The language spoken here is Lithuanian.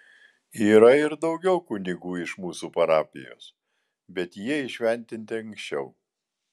yra ir daugiau kunigų iš mūsų parapijos bet jie įšventinti anksčiau